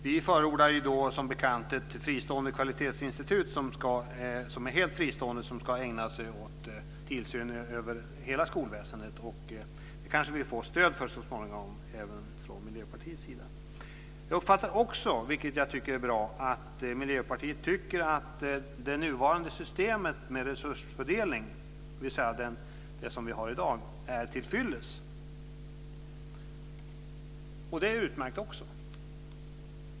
Vi förordar som bekant ett fristående kvalitetsinstitut som ska ägna sig åt tillsyn över hela skolväsendet. Det kanske vi får stöd för så småningom även från Miljöpartiets sida. Jag uppfattar också, vilket jag tycker är bra, att Miljöpartiet tycker att det system med resursfördelning vi har i dag är tillfyllest. Det är också utmärkt.